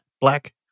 black